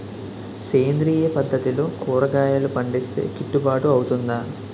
సేంద్రీయ పద్దతిలో కూరగాయలు పండిస్తే కిట్టుబాటు అవుతుందా?